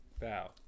Bow